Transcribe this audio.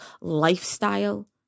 lifestyle